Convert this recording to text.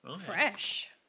Fresh